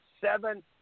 Seven